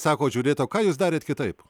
sakot žiūrėt o ką jūs darėt kitaip